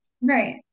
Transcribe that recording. Right